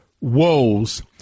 woes